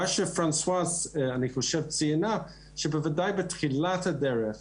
מה שפרנסואז ציינה, שבוודאי בתחילת הדרך